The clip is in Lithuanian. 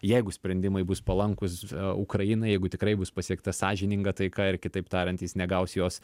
jeigu sprendimai bus palankūs ukrainai jeigu tikrai bus pasiekta sąžininga taika ir kitaip tariant jis negaus jos